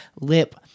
lip-